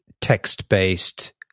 text-based